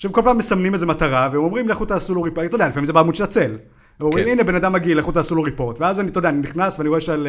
שהם כל פעם מסמנים איזה מטרה ואומרים לכו תעשו לו ריפורט, אתה יודע, לפעמים זה בעמוד של הצל, אומרים הנה בן אדם מגעיל, לכו תעשו לו ריפורט, ואז, אתה יודע, אני נכנס ואני רואה שעל